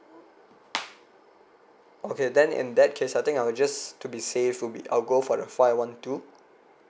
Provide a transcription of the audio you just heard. okay then in that case I think I'll just to be safe will be I'll go for the five one two